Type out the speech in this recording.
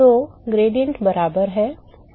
तो ग्रेडिएंट बराबर हैं